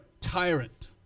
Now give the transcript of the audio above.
Tyrant